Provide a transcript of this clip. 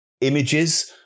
images